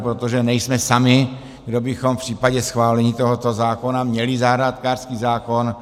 Protože nejsme sami, kdo bychom v případě schválení tohoto zákona měli zahrádkářský zákon.